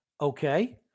Okay